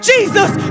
Jesus